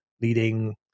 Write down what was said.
leading